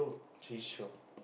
she's chio